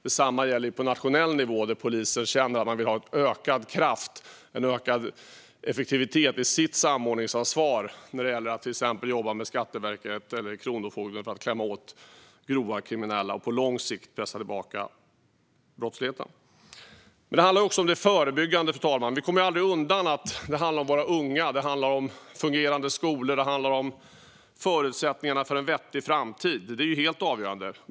Detsamma gäller på nationell nivå, där polisen känner att man vill ha ökad kraft och effektivitet i sitt samordningsansvar till exempel när det gäller att jobba med Skatteverket eller Kronofogden för att klämma åt grovt kriminella och på lång sikt pressa tillbaka brottsligheten. Det handlar också om det förebyggande, fru talman. Vi kommer aldrig ifrån att det handlar om våra unga. Det handlar om fungerande skolor, och det handlar om förutsättningarna för en vettig framtid. Det är helt avgörande.